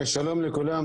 שלום לכולם,